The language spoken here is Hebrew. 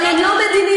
אבל הן לא מדיניות.